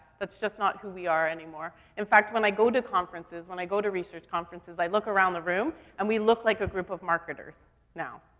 that's just not who we are anymore. in fact, when i go to conferences, when i go to research conferences, i look around the room, and we look like a group of marketers now.